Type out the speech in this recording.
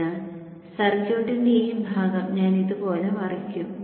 അതിനാൽ സർക്യൂട്ടിന്റെ ഈ ഭാഗം ഞാൻ ഇതുപോലെ മറിക്കും